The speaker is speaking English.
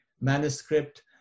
manuscript